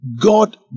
God